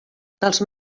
dels